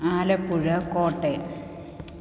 Alappuzha Kottayam